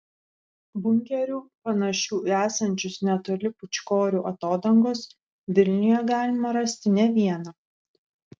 bunkerių panašių į esančius netoli pūčkorių atodangos vilniuje galima rasti ne vieną